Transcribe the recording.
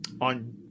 on